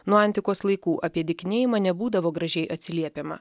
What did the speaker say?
nuo antikos laikų apie dykinėjimą nebūdavo gražiai atsiliepiama